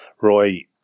Roy